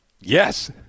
Yes